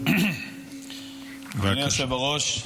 אדוני היושב-ראש,